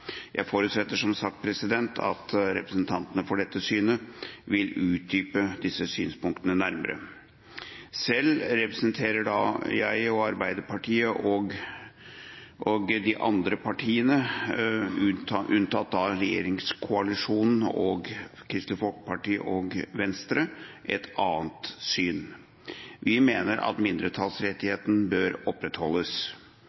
Jeg forutsetter som sagt at representantene for dette synet vil utdype disse synspunktene nærmere. Selv representerer jeg og Arbeiderpartiet og de andre partiene, unntatt regjeringskoalisjonen og Kristelig Folkeparti og Venstre, et annet syn. Vi mener at